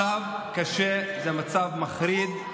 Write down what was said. זה מצב קשה, זה מצב מחריד.